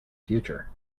future